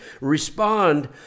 respond